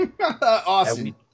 Awesome